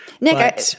Nick